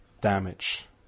damage